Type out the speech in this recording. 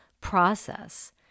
process